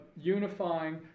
unifying